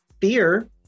fear